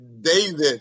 David